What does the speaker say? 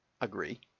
agree